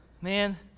Man